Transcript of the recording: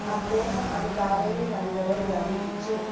അദ്ദേഹം അത് കാവേരി നദി വരെ വ്യാപിപ്പിച്ചു